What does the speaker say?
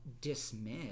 dismiss